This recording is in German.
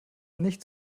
nicht